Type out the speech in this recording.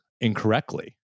incorrectly